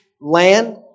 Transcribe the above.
land